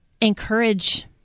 encourage